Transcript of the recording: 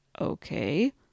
Okay